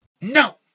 no